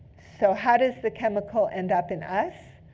so how does the chemical end up in us?